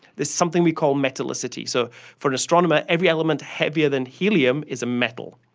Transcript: this is something we call metallicity. so for an astronomer, every element heavier than helium is a metal.